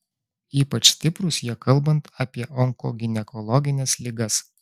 ypač stiprūs jie kalbant apie onkoginekologines ligas